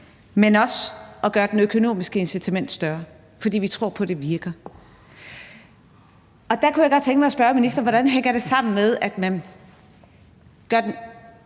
men også gøre det økonomiske incitament større, for vi tror på, at det virker. Der kunne jeg godt tænke mig at spørge ministeren, hvordan det hænger sammen med, at det